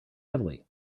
heavily